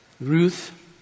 Ruth